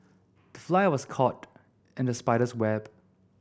the fly was caught in the spider's web